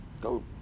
go